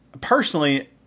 personally